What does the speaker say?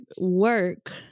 work